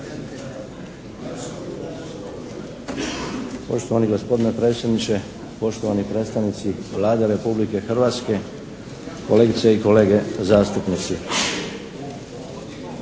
Poštovani gospodine predsjedniče, poštovani predstavnici Vlade Republike Hrvatske, kolegice i kolege zastupnici!